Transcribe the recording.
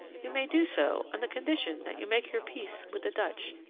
you may do so on the condition that you make your peace with the dutch,